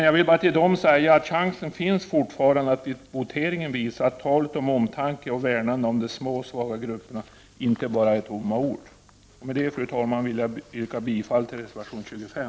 Jag vill bara till dem säga att chansen fortfarande finns att vid voteringen visa att talet om omtanke och värnande om de små och svaga grupperna inte bara är tomma ord. Med det, fru talman, vill jag yrka bifall till reservation 25.